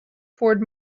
ford